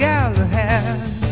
Galahad